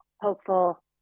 hopeful